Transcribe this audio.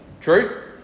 True